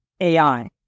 AI